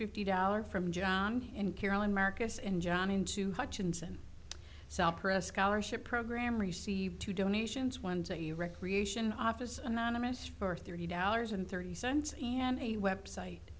fifty dollars from john and carolyn marcus and john into hutchinson cell press scholarship program received two donations one's a recreation office anonymous for thirty dollars and thirty cents and a website